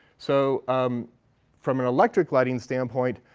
so um from an electric lighting standpoint,